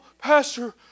pastor